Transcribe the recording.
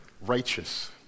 righteous